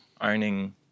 owning